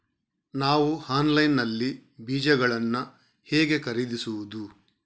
ನಾವು ಆನ್ಲೈನ್ ನಲ್ಲಿ ಬೀಜಗಳನ್ನು ಹೇಗೆ ಖರೀದಿಸುವುದು?